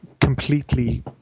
completely